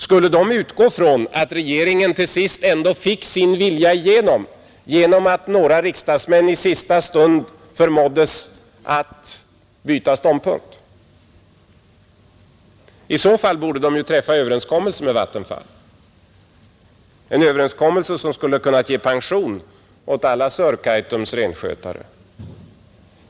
Skulle de utgå ifrån att regeringen till sist ändå fick sin vilja igenom genom att några riksdagsmän i sista stund förmåddes att byta ståndpunkt; i så fall borde de träffa överenskommelse med Vattenfall, en överenskommelse som skulle ha kunnat ge pension åt alla Sörkaitums renskötare.